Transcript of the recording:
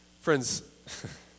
friends